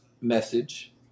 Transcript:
message